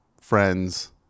friends